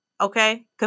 Okay